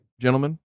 gentlemen